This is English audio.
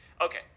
Okay